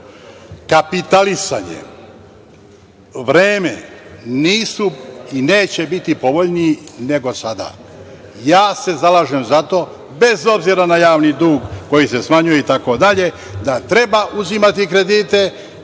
kapitalisanje, vreme nisu i neće biti povoljniji nego sada. Ja se zalažem za to, bez obzira na javni dug koji se smanjuje itd, da treba uzimati kredite,